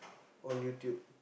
on YouTube